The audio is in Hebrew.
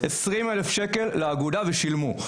20,000 שקל לאגודה והם שילמו.